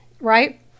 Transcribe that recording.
right